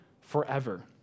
forever